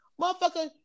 motherfucker